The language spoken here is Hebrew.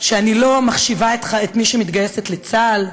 שאני לא מחשיבה את מי שמתגייסת לצה"ל.